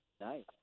Nice